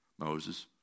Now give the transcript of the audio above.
Moses